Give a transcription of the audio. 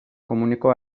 komuneko